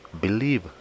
Believe